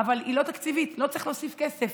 אבל היא לא תקציבית, לא צריך להוסיף כסף,